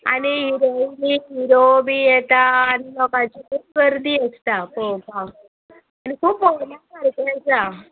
आनी हिरोइन बी हिरोइनी हिरो बी येता आनी लोकांची खूब गर्दी आसता पळोवपाक आनी खूब पळोवण्या सारकें आसा